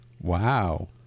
Wow